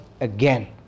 again